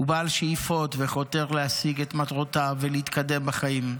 הוא בעל שאיפות וחותר להשיג את מטרותיו ולהתקדם בחיים.